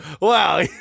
Wow